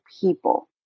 people